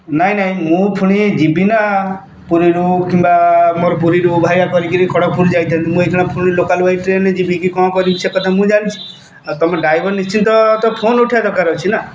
ନାଇଁ ନାଇଁ ମୁଁ ପୁଣି ଯିବି ନା ପୁରୀରୁ କିମ୍ବା ମୋର ପୁରୀରୁ ଭାୟା କରିକି ଖଡ଼କ୍ପୁର ଯାଇଥାନ୍ତି ମୁଁ ଏଇକ୍ଷଣୀ ପୁଣି ଲୋକାଲ୍ ୱାଇଜ୍ ଟ୍ରେନ୍ରେ ଯିବି କି କଣ କରିବି ସେ କଥା ମୁଁ ଜାଣିଛି ଆଉ ତମ ଡ଼୍ରାଇଭର୍ ନିଶ୍ଚିତ ଫୋନ୍ ଉଠେଇବା ଦରକାର ଅଛି ନା